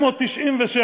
1596,